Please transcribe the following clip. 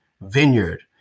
Vineyard